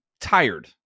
tired